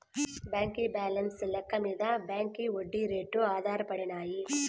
బాంకీ బాలెన్స్ లెక్క మింద బాంకీ ఒడ్డీ రేట్లు ఆధారపడినాయి